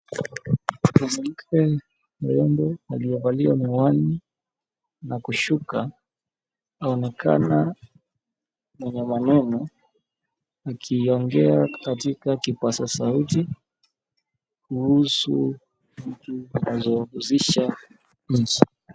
Mwanamke mrembo aliyevalia miwani na kushuka anaonekana mwenye maneno akiongea katika kipaza sauti kuhusu mtu aliyehusisha nchi.